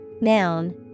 Noun